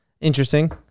Interesting